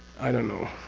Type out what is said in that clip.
i don't know.